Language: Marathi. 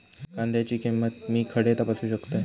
कांद्याची किंमत मी खडे तपासू शकतय?